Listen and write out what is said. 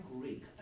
Greek